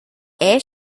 era